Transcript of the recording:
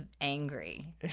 angry